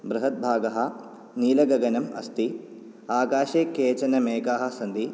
बृहद्भागः नीलगगनम् अस्ति आकाशे केचन मेगाः सन्ति